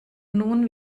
nun